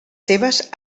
seves